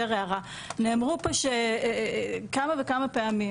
נאמרו פה כמה וכמה פעמים,